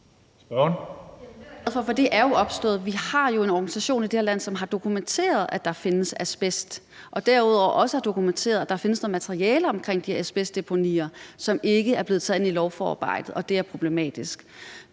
i det her land, som har dokumenteret, at der findes asbest. Derudover har de også dokumenteret, at der findes noget materiale omkring de asbestdeponier, som ikke er blevet taget ind i lovforarbejdet, og det er problematisk.